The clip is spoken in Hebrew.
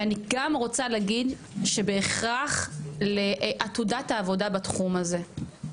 ואני גם רוצה להגיד שבהכרח לעתודת העבודה בתחום הזה,